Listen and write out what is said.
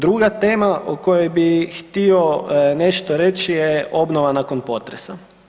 Druga tema o kojoj bi htio nešto reći je obnova nakon potresa.